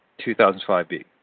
2005B